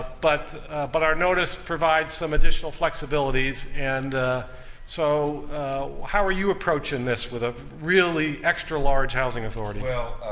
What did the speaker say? but but our notice provides some additional flexibilities, and so how are you approaching this with a really extra large housing authority? well,